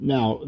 Now